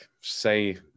say